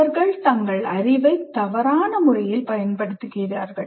அவர்கள் தங்கள் அறிவை தவறான முறையில் பயன்படுத்துகிறார்கள்